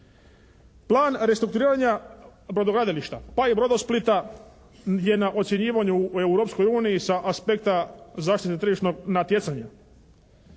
Plan restrukturiranja brodogradilišta pa i "Brodosplita" je na ocjenjivanju u Europskoj uniji sa aspekta zaštite tržišnog natjecanja.